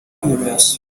kwibeshya